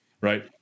right